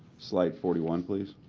slide forty one, please.